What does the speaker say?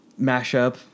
mashup